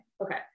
Okay